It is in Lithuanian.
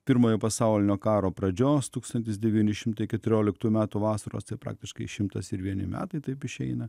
pirmojo pasaulinio karo pradžios tūkstantis devyni šimtai keturioliktų metų vasaros tai praktiškai šimtas ir vieni metai taip išeina